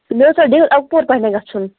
مےٚ ہسا ڈیر اَپور تانٮ۪تھ گَژھُن